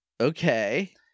Okay